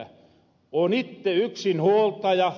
moon itte yksinhuoltaja